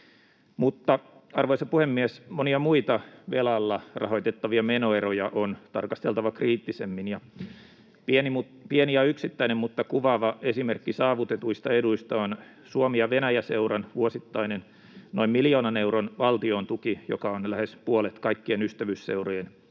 Mutta, arvoisa puhemies, monia muita velalla rahoitettavia menoeriä on tarkasteltava kriittisemmin, ja pieni ja yksittäinen mutta kuvaava esimerkki saavutetuista eduista on Suomi—Venäjä-seuran vuosittainen noin miljoonan euron valtiontuki, joka on lähes puolet kaikkien ystävyysseurojen